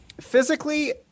physically